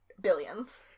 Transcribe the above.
billions